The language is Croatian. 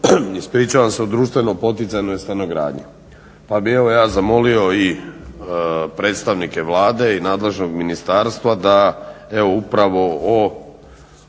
u Zakonu o društveno poticanoj stanogradnji. Pa bih evo ja zamolio i predstavnike Vlade i nadležnog ministarstva da evo upravo o